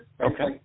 okay